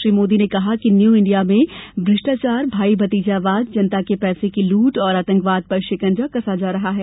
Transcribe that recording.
श्री मोदी ने कहा new India में भ्रष्टाचार भाई भतीजावाद जनता के पैसे की लुट और आतंकवाद पर शिकंजा कस रहा है